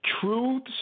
truths